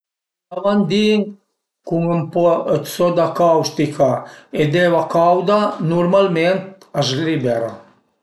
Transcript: Lavandin cun ën po d'soda caustica e d'eva cauda nurmalment a s'libera